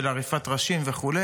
עריפת נשים וכו',